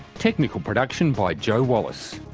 technical production by joe wallace,